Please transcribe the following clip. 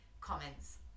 comments